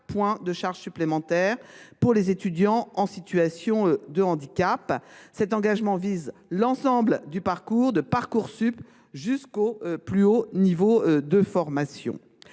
points de charge supplémentaires pour les étudiants en situation de handicap. Cet engagement vise l’ensemble du parcours, de Parcoursup jusqu’au plus haut niveau de formation.